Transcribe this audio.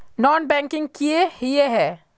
Non banking किए हिये है?